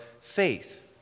faith